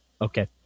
Okay